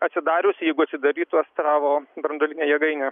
atsidarius jeigu atsidarytų astravo branduolinė jėgainė